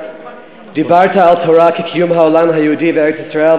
דיברת על תורה כקיום העולם היהודי בארץ-ישראל,